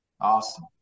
awesome